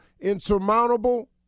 insurmountable